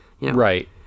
right